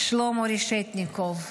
שלמה רשטניקוב.